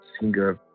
singer